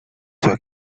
sua